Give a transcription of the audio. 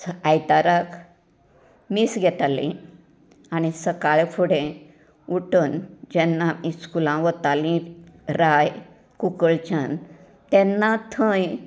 आयताराक मीस घेताले आनी सकाळ फुडें उठून जेन्ना इस्कुलांत वताली राय कुंकळ्ळेच्यान तेन्ना थंय